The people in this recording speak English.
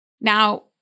Now